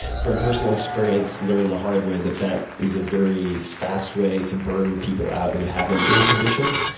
from personal experience learned the hard way that that is a very fast way to burn people out who haven't been conditioned,